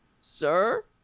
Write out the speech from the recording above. sir